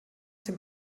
dem